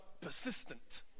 persistent